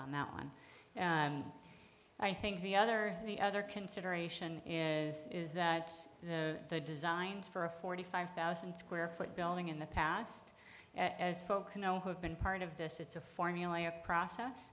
on that one i think the other the other consideration is is that the designs for a forty five thousand square foot building in the past as folks you know who have been part of this it's a formulaic process